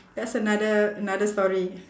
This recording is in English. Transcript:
that's another another story